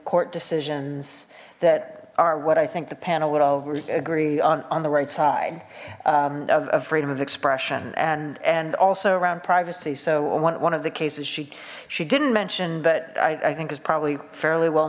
court decisions that are what i think the panel would all agree on on the right side of a freedom of expression and and also around privacy so one of the cases she she didn't mention but i think is probably fairly well